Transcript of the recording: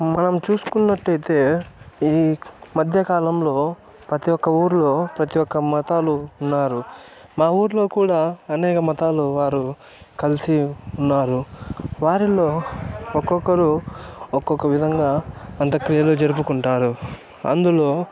మనం చూసుకున్నట్లయితే ఈ మధ్యకాలంలో ప్రతి ఒక్క ఊర్లో ప్రతి ఒక్క మతాలు ఉన్నారు మా ఊర్లో కూడా అనేక మతాలు వారు కలిసి ఉన్నారు వారిలో ఒక్కొక్కరు ఒక్కొక్క విధంగా అంత క్రియలు జరుపుకుంటారు అందులో